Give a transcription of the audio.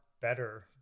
better